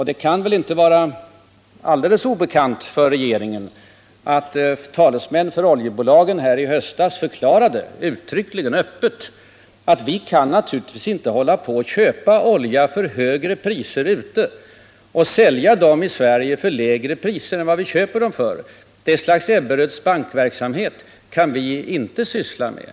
Det kan väl inte vara alldeles obekant för regeringen att talesmän för oljebolagen i höstas öppet och uttryckligen förklarade, att de naturligtvis inte kan köpa olja i utlandet och sälja den i Sverige till lägre priser än vad de köper den för. Det är ett slags Ebberöds bank-verksamhet som de inte kan syssla med.